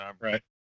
Right